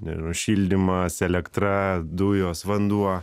nežinau šildymas elektra dujos vanduo